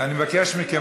את מעליבה אותי.